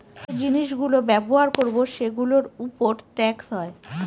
যে জিনিস গুলো ব্যবহার করবো সেগুলোর উপর ট্যাক্স হয়